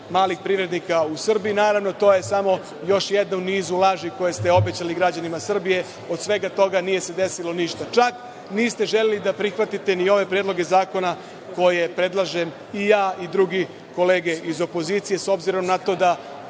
malih privrednika u Srbiji. Naravno, to je samo još jedna u nizu laži koje ste obećali građanima Srbije. Od svega toga nije se desilo ništa. Čak niste želeli da prihvatite ni ove predloge zakona koje predlažem ja i druge kolege iz opozicije, s obzirom na to da